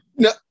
No